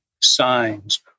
signs